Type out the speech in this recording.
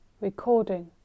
Recording